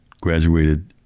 graduated